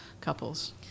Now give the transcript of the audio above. couples